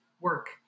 work